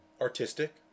artistic